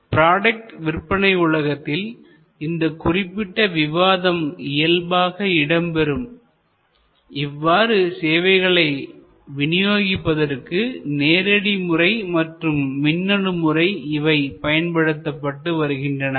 product விற்பனை உலகத்தில் இந்த குறிப்பிட்ட விவாதம் இயல்பாக இடம்பெறும் இவ்வாறு சேவைகளை விநியோகிப்பதற்கு நேரடி முறை மற்றும் மின்னணு முறை இவை பயன்படுத்தப்பட்டு வருகின்றன